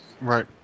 Right